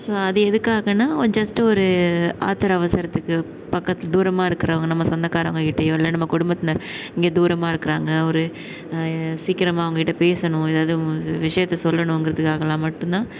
so அது எதுக்காகனால் just ஒரு ஆத்திர அவசரத்துக்கு பக்க தூரமாக இருக்கிறவங்க நம்ம சொந்தக்காரங்கள் கிட்டையோ இல்லை நம்ம குடும்பத்தினர் இங்கே தூரமாக இருக்கிறாங்க ஒரு சீக்கிரமாக அவங்க கிட்ட பேசணும் ஏதாவுது விஷயத்த சொல்லணும்கறத்துகாகலாம் மட்டும்தான்